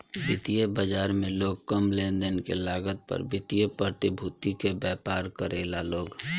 वित्तीय बाजार में लोग कम लेनदेन के लागत पर वित्तीय प्रतिभूति के व्यापार करेला लो